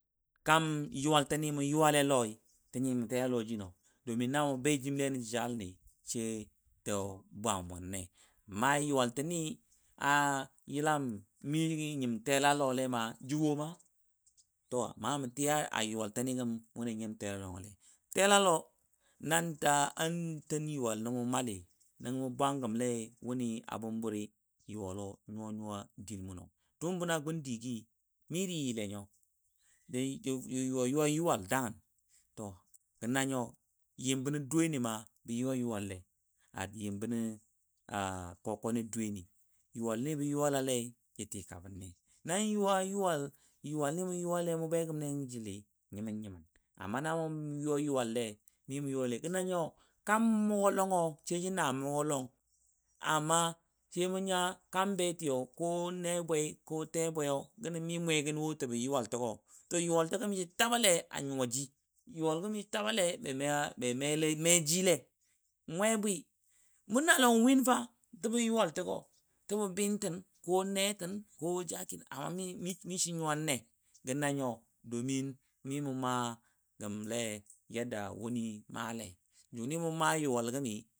Kaam yʊwaL tənnɨ mʊ yʊwaLɛ Loi, ta yəm tɛla Lɔ jɨnɔ domin namʊ bɛ JimLɛ nən Jəja Ləni she tə bwang mʊn amma yʊwaL tənnɨ a YəLam mɨ jə nyɨm tɛLa LoLɛ ma jə wɔ to. amma mə tɨya yʊwaL tɨnnɨ gəm wʊnɨ nyəm tɛlalɔi lɛI tɛLalo, nan daa an tɛn yʊwaL nən mu malli wʊni a bʊmburi yʊwalo nyuwa nyuwa dilmʊno dʊʊm bənɔ gʊn digi ja yuwa yuwa yuwal ddanəngən yim bəno dwiyini ma bə yuwa yuwal a koko ni dwiyeni yuwal ni bə yuwa lei tikabən ne yuwal ni mu yuwa le. na mu begəmle nə jəli nyimən nyimən amma na mʊ yuwa yuwal le mi mʊ begəmle gə na nyo kam mʊgɔ lɔngɔ sai jə mʊgɔ lɔng amma yamu nya kam beti ko ne bwe ko tebwe mi mwegənwɔ jəbɔ yuwal təgo to yuwal tə go mishi taballe a nyuwa ji yuwalgɔ mitabale ba. nyuwa ji le mʊna lɔngɔ win fa jəbo yuwal təgo. jəbo bɨtən ko netənko jaki amma mishi nyuwan ne gə nanyo domin mimʊ magəm le kamar yadda ni a kamata mʊ malai